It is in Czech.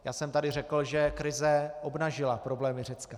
Já jsem tady řekl, že krize obnažila problémy Řecka.